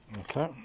Okay